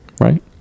Right